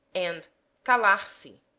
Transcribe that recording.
and calar-se,